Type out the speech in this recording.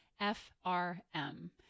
F-R-M